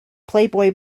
playboy